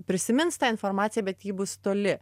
prisimins tą informaciją bet ji bus toli